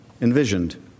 envisioned